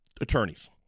attorneys